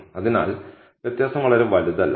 അതിനാൽ വ്യത്യാസം വളരെ വലുതല്ല